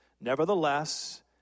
Nevertheless